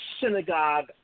synagogue